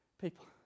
people